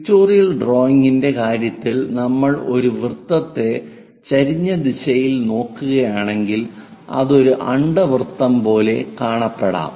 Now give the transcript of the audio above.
pictorial ഡ്രോയിംഗിന്റെ കാര്യത്തിൽ നമ്മൾ ഒരു വൃത്തത്തെ ചരിഞ്ഞ ദിശയിൽ നോക്കുകയാണെങ്കിൽ അത് ഒരു അണ്ഡവൃത്തം പോലെ കാണപ്പെടാം